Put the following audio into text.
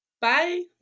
bye